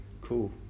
Cool